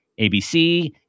ABC